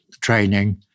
training